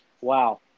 Wow